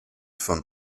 von